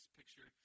picture